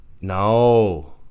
No